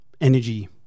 energy